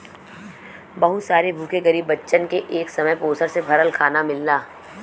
बहुत सारे भूखे गरीब बच्चन के एक समय पोषण से भरल खाना मिलला